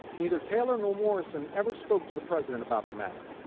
neither taylor nor morrison ever spoke to the president about the matter.